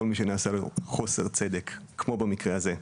כל מי שנעשה לו חוסר צדק כמו במקרה הזה.